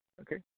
Okay